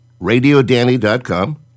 Radiodanny.com